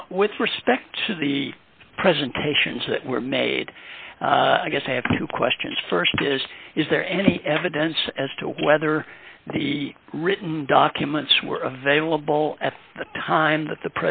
now with respect to the presentations that were made i guess i have two questions st is is there any evidence as to whether the written documents were available at the time that the